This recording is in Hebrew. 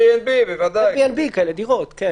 אייר BNB. כן.